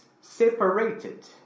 separated